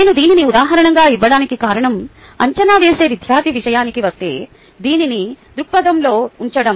నేను దీనిని ఉదాహరణగా ఇవ్వడానికి కారణం అంచనా వేసే విద్యార్థి విషయానికి వస్తే దీనిని దృక్పథంలో ఉంచడం